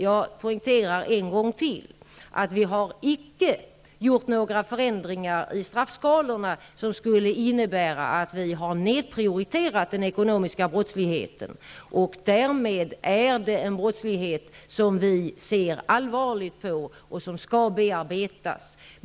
Jag poängterar än en gång att vi icke har gjort några förändringar i straffskalorna som skulle innebära att vi har gett den ekonomiska brottsligheten lägre prioritet. Därmed är det en brottslighet som vi ser allvarligt på och som skall bearbetas.